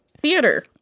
theater